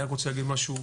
אני רק רוצה להגיד משהו,